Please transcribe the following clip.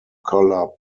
colour